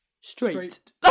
straight